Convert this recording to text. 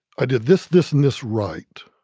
i did this, this, and this right.